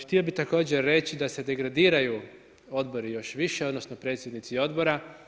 Htio bih također reći da se degradiraju odbori još više odnosno predsjednici odbora.